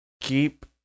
Keep